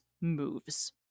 moves